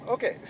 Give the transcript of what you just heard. Okay